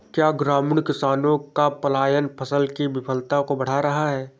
क्या ग्रामीण किसानों का पलायन फसल की विफलता को बढ़ा रहा है?